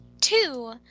two